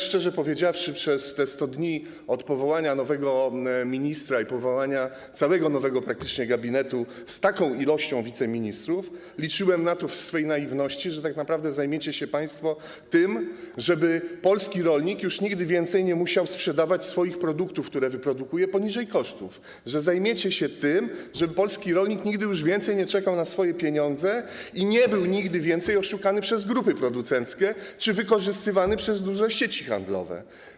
Szczerze powiedziawszy, przez te 100 dni od powołania nowego ministra i powołania praktycznie całego nowego gabinetu z taką liczbą wiceministrów, liczyłem w swej naiwności na to, że tak naprawdę zajmiecie się państwo tym, żeby polski rolnik już nigdy więcej nie musiał sprzedawać swoich produktów, które wyprodukuje, poniżej kosztów, że zajmiecie się tym, żeby polski rolnik nigdy więcej już nie czekał na swoje pieniądze i nie był nigdy więcej oszukany przez grupy producenckie czy wykorzystywany przez duże sieci handlowe.